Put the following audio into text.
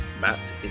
Matt